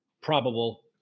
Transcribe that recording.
probable